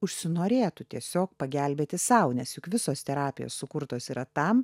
užsinorėtų tiesiog pagelbėti sau nes juk visos terapijos sukurtos yra tam